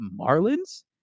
Marlins